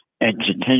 education